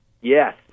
yes